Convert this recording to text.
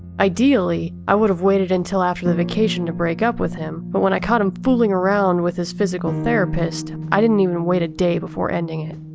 ideally, i would have waited until after the vacation to break up with him, but when i caught him fooling around with his physical therapist, i didn't even wait a day before ending it.